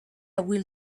will